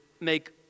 make